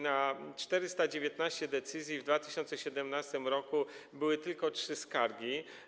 Na 419 decyzji w 2017 r. były tylko trzy skargi.